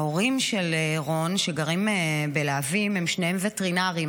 ההורים של רון, שגרים בלהבים, הם שניהם וטרינרים,